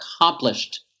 accomplished